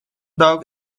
dog